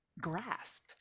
grasp